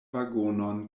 vagonon